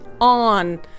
on